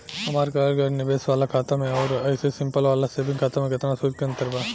हमार करल गएल निवेश वाला खाता मे आउर ऐसे सिंपल वाला सेविंग खाता मे केतना सूद के अंतर बा?